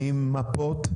עם מפות,